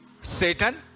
Satan